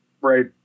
Right